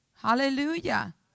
Hallelujah